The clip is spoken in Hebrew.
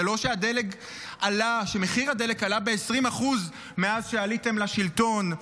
זה לא שמחיר הדלק עלה ב-20% מאז שעליתם לשלטון,